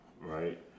right